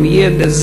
עם ידע,